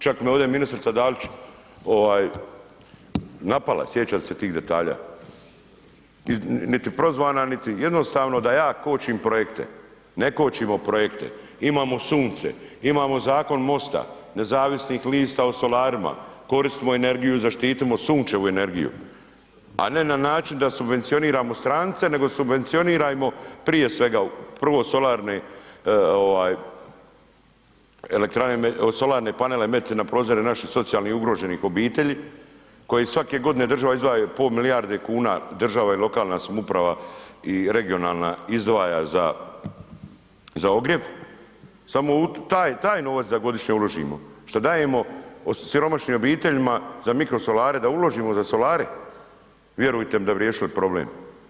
Čak me ovdje ministrica Dalić napala, sjećam se tih detalja, niti prozvana, niti, jednostavno da ja kočim projekte, ne kočimo projekte, imamo sunce, imamo Zakon MOST-a nezavisnih lista o solarima, koristimo energiju zaštitimo sunčevu energiju, a ne na način da subvencioniramo strance, nego subvencionirajmo prije svega prvo solarne panele metiti na prozore naših socijalno ugroženih obitelji koji svake godine država izdvaja po milijarde kuna, država i lokalna samouprava i regionalna izdvaja za ogrjev, samo taj, taj novac godišnje da uložimo šta dajemo siromašnim obiteljima za mikrosolare da uložimo za solare, vjerujte mi da bi riješili problem.